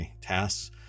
tasks